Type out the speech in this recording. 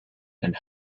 and